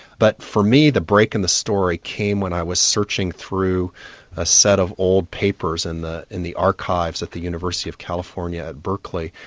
but for me the break in the story came when i was searching through a set of old papers and in the archives at the university of california at berkeley,